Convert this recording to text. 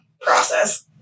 Process